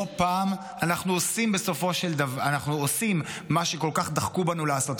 לא פעם אנחנו עושים את מה שכל כך דחקו בנו לעשות.